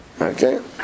Okay